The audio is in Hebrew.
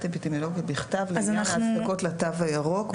אפידמיולוגית בכתב לעניין ההצדקות לתו הירוק.